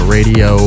Radio